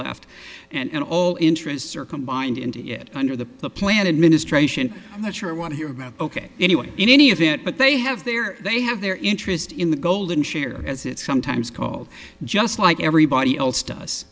left and all interests are combined into it under the plan and ministration i'm not sure i want to hear about ok anyway in any event but they have there they have their interest in the golden share as it's sometimes called just like everybody else does